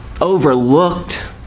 overlooked